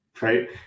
right